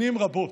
שנים רבות.